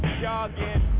jogging